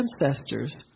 ancestors